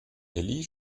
elli